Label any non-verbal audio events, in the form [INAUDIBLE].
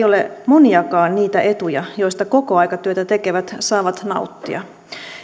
[UNINTELLIGIBLE] ole moniakaan niitä etuja joista kokoaikatyötä tekevät saavat nauttia